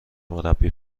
مربی